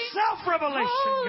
self-revelation